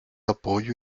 apoyo